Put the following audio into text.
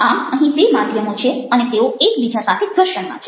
આમ અહીં બે માધ્યમો છે અને તેઓ એકબીજા સાથે ઘર્ષણમાં છે